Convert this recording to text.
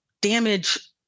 damage